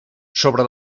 sobre